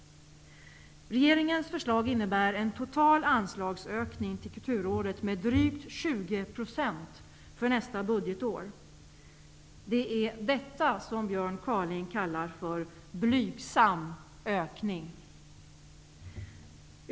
Regeringens förslag innebär en total anslagsökning till Kulturrådet med drygt 20 % för nästa budgetår. Det är detta Björn Kaaling kallar en ''blygsam'' ökning!